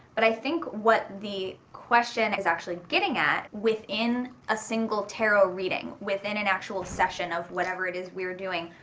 but i think what the question is actually getting at within a single tarot reading within an actual session of whatever it is we're doing.